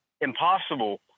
impossible